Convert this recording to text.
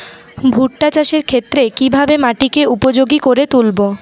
ভুট্টা চাষের ক্ষেত্রে কিভাবে মাটিকে উপযোগী করে তুলবো?